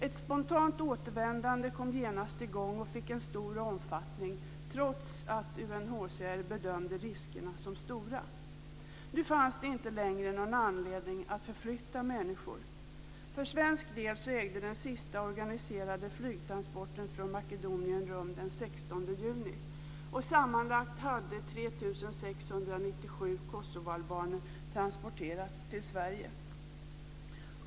Ett spontant återvändande kom genast i gång och fick en stor omfattning, trots att UNHCR bedömde riskerna som stora. Nu fanns det inte längre någon anledning att förflytta människor. Sverige.